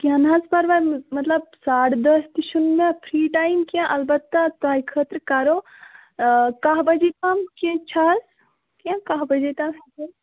کیٚنٛہہ نہَ حظ پَرواے مطلب ساڑٕ دَہ تہِ چھُنہٕ مےٚ فرٛی ٹایِم کیٚنٛہہ اَلبتہٕ تۅہہِ خٲطرٕ کَڈو کاہ بَجے تام ٹھیٖک چھَ حظ یا کاہ بَجے تام ہیٚکو